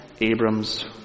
Abram's